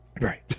Right